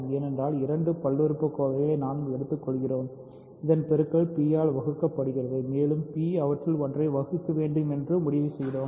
ஏனென்றால் இரண்டு பல்லுறுப்புக்கோவைகளை நாம் எடுத்துள்ளோம் அதன் பெருக்கல் p ஆல் வகுக்கப்படுகிறது மேலும் p அவற்றில் ஒன்றை வகுக்க வேண்டும் என்று முடிவு செய்தோம்